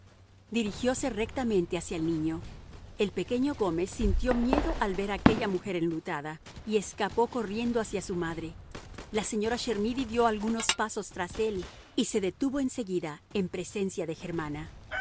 hijo dirigiose rectamente hacia el niño el pequeño gómez sintió miedo al ver a aquella mujer enlutada y escapó corriendo hacia su madre la señora chermidy dio algunos pasos tras él y se detuvo en seguida en presencia de germana